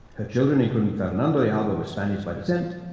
children, including fernando de alva, were spaniards by descent,